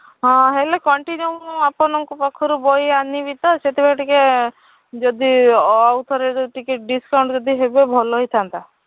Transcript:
ହଁ ହେଲେ କଣ୍ଟିନିୟୁ ଆପଣଙ୍କ ପାଖରୁ ବହି ଆନିବି ତ ସେଥିପାଇଁ ଟିକେ ଯଦି ଆଉଥରେ ଯଦି ଟିକେ ଡିସ୍କାଉଣ୍ଟ୍ ଯଦି ହେବ ଭଲ ହେଇଥାନ୍ତା